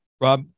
Rob